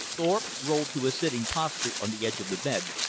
thorpe rolled to a sitting posture on the edge of the bed,